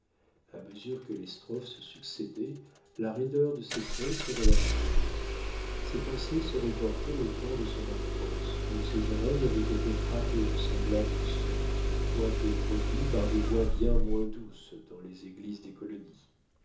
à mesure que les strophes se succédaient la raideur de ses traits se relâchait ses pensées se reportaient au temps de son enfance où ses oreilles avaient été frappées de semblables sons quoique produits par des voix bien moins douces dans les églises des colonies